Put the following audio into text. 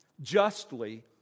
justly